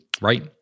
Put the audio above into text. Right